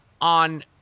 on